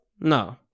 No